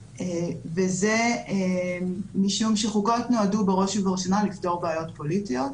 וזה משום שחוקות נועדו בראש ובראשונה לפתור בעיות פוליטיות.